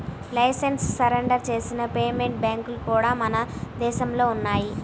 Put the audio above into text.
licence surrender చేసిన payment బ్యాంక్లు కూడా మన దేశంలో ఉన్నయ్యి